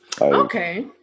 Okay